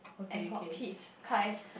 and got kids kind